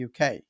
uk